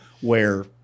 where-